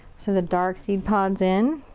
so the dark seed pod's in.